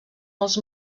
els